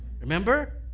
Remember